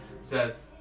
says